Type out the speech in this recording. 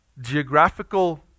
geographical